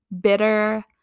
bitter